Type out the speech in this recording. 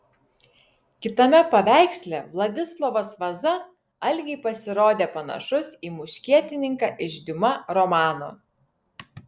kitame paveiksle vladislovas vaza algei pasirodė panašus į muškietininką iš diuma romano